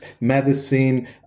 medicine